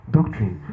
Doctrine